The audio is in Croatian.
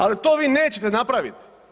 Ali to vi nećete napraviti.